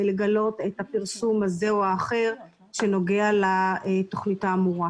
לגלות את הפרסום הזה או האחר שנוגע לתוכנית האמורה.